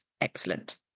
Excellent